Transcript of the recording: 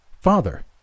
Father